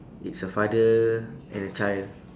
it's a father and a child